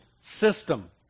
system